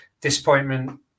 disappointment